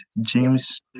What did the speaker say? James